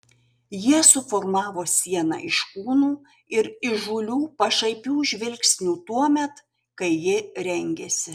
jie suformavo sieną iš kūnų ir įžūlių pašaipių žvilgsnių tuomet kai ji rengėsi